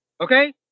Okay